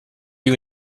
you